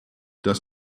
dass